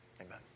Amen